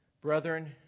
Brethren